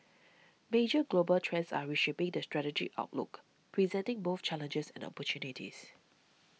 major global trends are reshaping the strategic outlook presenting both challenges and opportunities